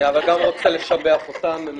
אני גם רוצה לשבח אותם.